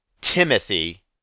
Timothy